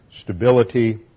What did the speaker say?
stability